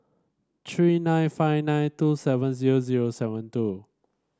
three nine five nine two seven zero zero seven two